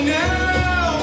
now